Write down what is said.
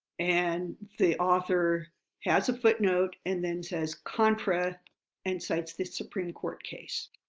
and the author has a footnote and then says contra and cites the supreme court case.